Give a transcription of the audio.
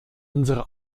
unsere